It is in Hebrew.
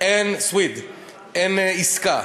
אין עסקה.